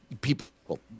people